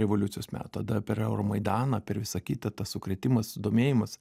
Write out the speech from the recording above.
revoliucijos metų tada per euro maidaną per visa kita tas sukrėtimas susidomėjimas